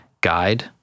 guide